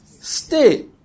Stay